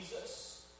Jesus